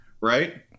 right